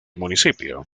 municipio